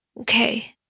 Okay